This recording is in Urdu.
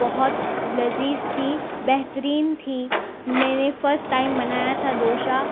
بہت لذیذ تھی بہترین تھی میں نے فسٹ ٹائم بنایا تھا دوشا